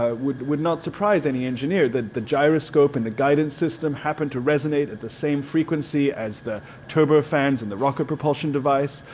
ah would would not surprise any engineer. the the gyroscope in the guidance system happened to resonate at the same frequency as the turbo fans and the rocket propulsion device.